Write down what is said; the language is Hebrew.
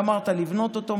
גמרת לבנות אותו,